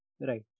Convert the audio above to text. Right